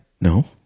No